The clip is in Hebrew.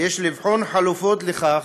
ויש לבחון חלופות לכך,